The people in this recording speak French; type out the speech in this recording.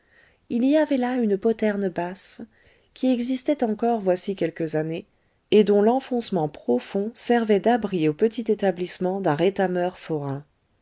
il y avait là une poterne basse qui existait encore voici quelques années et dont l'enfoncement profond servait d'abri au petit établissement d'un rétameur forain